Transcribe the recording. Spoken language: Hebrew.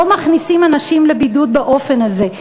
לא מכניסים אנשים לבידוד באופן הזה.